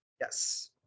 Yes